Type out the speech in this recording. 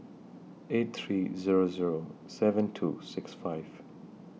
eight three Zero Zero seven two six five